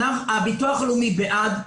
הביטוח הלאומי בעד.